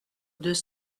deux